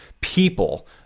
people